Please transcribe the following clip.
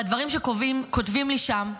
והדברים שכותבים לי שם,